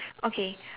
okay